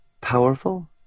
Powerful